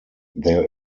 there